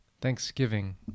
Thanksgiving